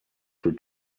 crew